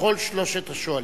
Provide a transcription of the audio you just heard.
לכל שלושת השואלים.